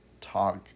talk